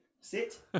sit